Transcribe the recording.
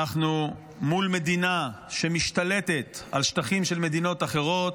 אנחנו מול מדינה שמשתלטת על שטחים של מדינות אחרות,